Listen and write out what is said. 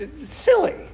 silly